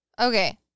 Okay